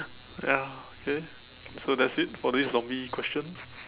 ya okay so that's it for this zombie question